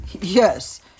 yes